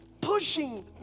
pushing